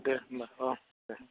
दे होमबा औ दे